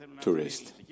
tourist